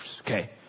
okay